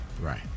Right